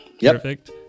Perfect